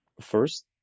first